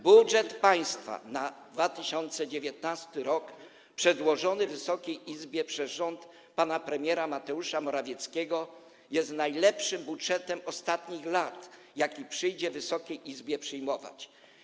Budżet państwa na 2019 r., przedłożony Wysokiej Izbie przez rząd pana premiera Mateusza Morawieckiego, jest najlepszym budżetem ostatnich lat, jaki przyszło Wysokiej Izbie przyjmować.